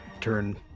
turn